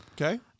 okay